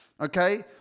Okay